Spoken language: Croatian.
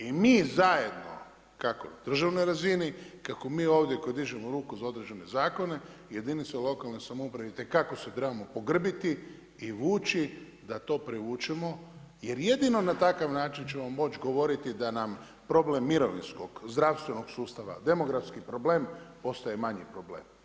I mi zajedno kako na državnoj razini, kako mi ovdje koje dižemo ruku za određene zakone, jedinica lokalne samouprave, itekako se trebamo pogrbiti i vući da to privučemo, jer jedino na takav način ćemo moći govoriti da nam problem, mirovinskom, zdravstvenog sustava, demografski problem, postaje manji problem.